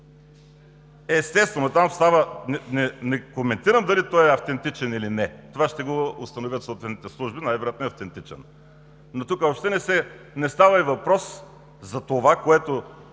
началото на записа!!! Не коментирам дали е автентичен или не, това ще го установят съответните служби, най-вероятно е автентичен. Но тук въобще не става и въпрос за това, което